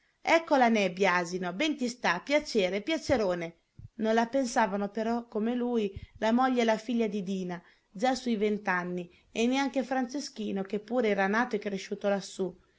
ecco la nebbia asino ben ti stia piacere piacerone non la pensavano però come lui la moglie e la figlia didina già su i vent'anni e neanche franceschino che pure era nato e cresciuto lassù